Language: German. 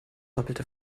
doppelte